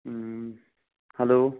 hello